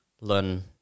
learn